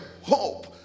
hope